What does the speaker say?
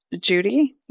Judy